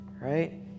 right